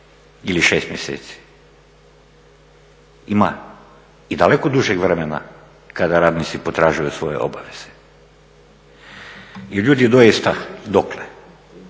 ili šest mjeseci, ima i daleko dužeg vremena kada radnici potražuju svoje obaveze. I ljudi doista dokle?